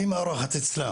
היא מארחת אצלה